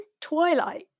twilight